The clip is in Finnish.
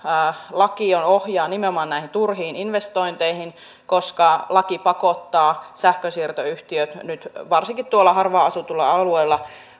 ohjaa nimenomaan turhiin investointeihin koska laki pakottaa sähkönsiirtoyhtiöt nyt varsinkin harvaan asutulla alueella